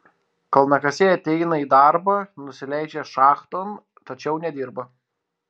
kalnakasiai ateina į darbą nusileidžia šachton tačiau nedirba